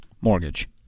mortgage